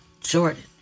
Jordan